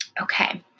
Okay